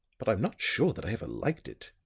but i'm not sure that i ever liked it.